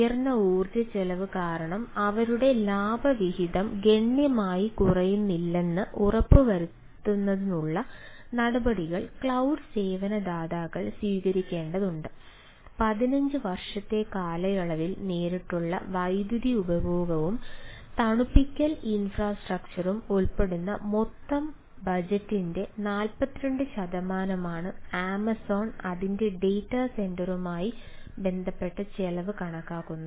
ഉയർന്ന ഊർജ്ജ ചെലവ് കാരണം അവരുടെ ലാഭവിഹിതം ഗണ്യമായി കുറയുന്നില്ലെന്ന് ഉറപ്പുവരുത്തുന്നതിനുള്ള നടപടികൾ ക്ലൌഡ് അതിന്റെ ഡാറ്റാ സെന്ററുമായിdata center ബന്ധപ്പെട്ട ചെലവ് കണക്കാക്കുന്നത്